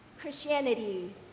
Christianity